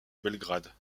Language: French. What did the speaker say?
belgrade